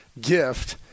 gift